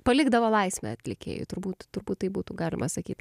palikdavo laisvę atlikėjui turbūt turbūt taip būtų galima sakyt